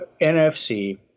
NFC